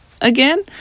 again